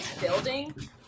building